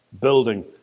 building